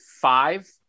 five